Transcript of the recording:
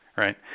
Right